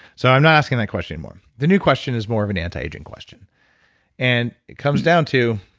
so, i'm not asking that question anymore. the new question is more of an antiaging question and it comes down to,